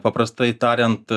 paprastai tariant